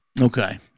Okay